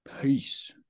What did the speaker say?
Peace